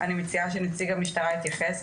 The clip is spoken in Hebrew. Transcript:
אני מציעה שנציג המשטרה יתייחס,